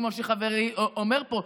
כמו שחברי אומר פה.